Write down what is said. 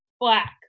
black